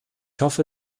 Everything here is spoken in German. hoffe